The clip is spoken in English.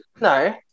No